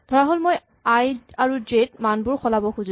ধৰাহ'ল মই আই আৰু জে ত মানবোৰ সলাব খোজো